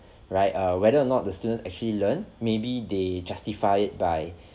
right err whether or not the student actually learn maybe they justify it by